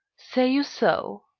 say you so?